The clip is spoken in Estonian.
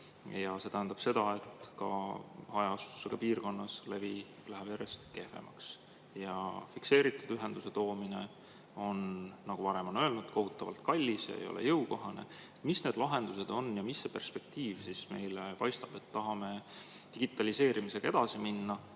Ja see tähendab seda, et ka hajaasustusega piirkonnas läheb levi järjest kehvemaks. Fikseeritud ühenduse toomine on, nagu varem on öeldud, kohutavalt kallis ja ei ole jõukohane. Mis need lahendused on ja milline perspektiiv siis meile paistab? Tahame digitaliseerimisega edasi minna,